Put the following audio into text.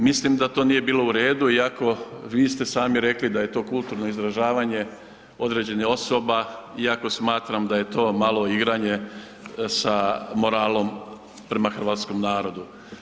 Mislim da to nije bilo u redu, iako vi ste sami rekli da je to kulturno izražavanje određenih osoba, iako smatram da je to malo igranje sa moralom prema hrvatskom narodu.